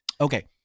Okay